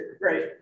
Right